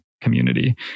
community